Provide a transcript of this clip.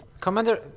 Commander